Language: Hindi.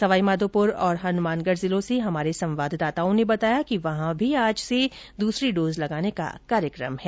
सवाई माधोपुर और हनुमानगढ़ जिलों से हमारे संवाददाताओं ने बताया कि वहां भी आज से दूसरी डोज लगने का कार्यक्रम है